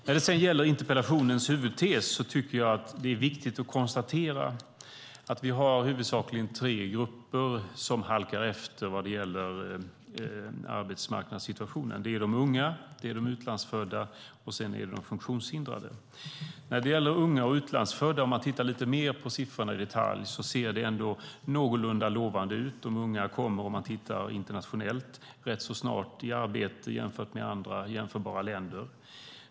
När det gäller interpellationens huvudtes är det viktigt att konstatera att det finns huvudsakligen tre grupper som halkar efter vad gäller arbetsmarknadssituationen. Det är de unga, de utlandsfödda och de funktionshindrade. Låt oss se på siffrorna lite mer i detalj för unga och utlandsfödda. Då ser vi att det ser någorlunda lovande ut. De unga kommer rätt snart i arbete sett internationellt mot andra jämförbara länder.